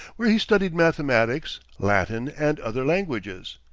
where he studied mathematics latin and other languages.